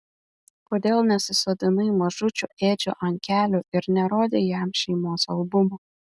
kodėl nesisodinai mažučio edžio ant kelių ir nerodei jam šeimos albumo